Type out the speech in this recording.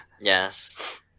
Yes